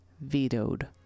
vetoed